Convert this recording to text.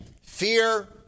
Fear